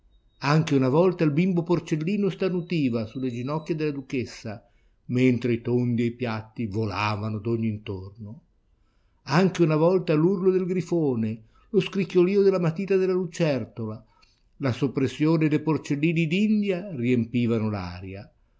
patibolo anche una volta il bimbo porcellino starnutiva sulle ginocchia della duchessa mentre i tondi e i piatti volavano d'ogni intorno anche una volta l'urlo del grifone lo scricchiolìo della matita della lucertola la soppressione de porcellini d'india riempivano l'aria